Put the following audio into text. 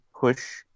push